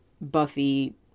buffy